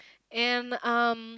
and um